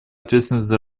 ответственность